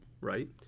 right